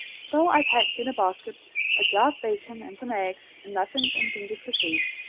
so i packed in a basket a jar of bacon and some eggs and muffins and ginger cookies,